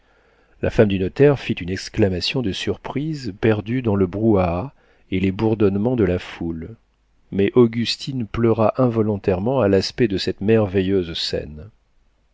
la femme du notaire fit une exclamation de surprise perdue dans le brouhaha et les bourdonnements de la foule mais augustine pleura involontairement à l'aspect de cette merveilleuse scène